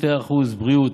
2%; בריאות,